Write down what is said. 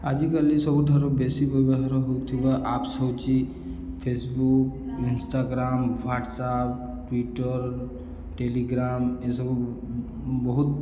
ଆଜିକାଲି ସବୁଠାରୁ ବେଶୀ ବ୍ୟବହାର ହଉଥିବା ଆପ୍ସ ହେଉଛି Facebook Instagram WhatsApp Twitter Telegram ଏସବୁ ବହୁତ